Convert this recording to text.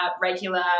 regular